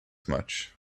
much